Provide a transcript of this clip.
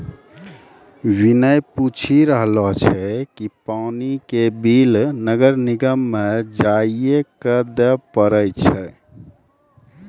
विनय पूछी रहलो छै कि पानी के बिल नगर निगम म जाइये क दै पड़ै छै?